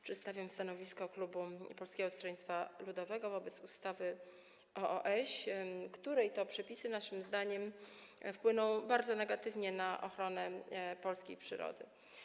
Przedstawiam stanowisko klubu Polskiego Stronnictwa Ludowego wobec projektu ustawy o DOŚ, którego przepisy, naszym zdaniem, wpłyną bardzo negatywnie na ochronę polskiej przyrody.